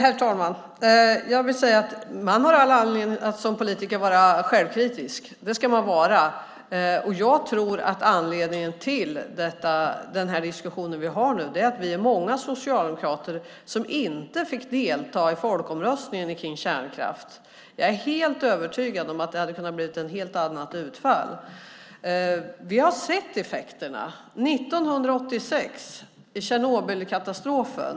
Herr talman! Man har all anledning att som politiker vara självkritisk. Det ska man vara. Jag tror att anledningen till denna diskussion är att vi är många socialdemokrater som inte fick delta i folkomröstningen om kärnkraft. Jag är övertygad om att det hade kunnat bli ett helt annat utfall. Vi har sett effekterna. År 1986 skedde Tjernobylkatastrofen.